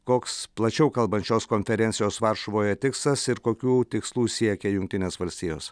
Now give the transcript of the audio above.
koks plačiau kalbant šios konferencijos varšuvoje tikslas ir kokių tikslų siekia jungtinės valstijos